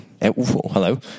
Hello